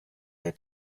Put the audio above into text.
der